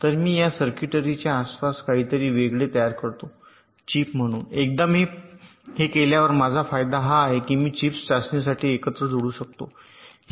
तर मी या सर्किटरी च्या आसपास काहीतरी वेगळे तयार करतो चिप म्हणून एकदा मी हे केल्यावर माझा फायदा हा आहे की मी या चिप्स चाचणीसाठी एकत्र जोडू शकतो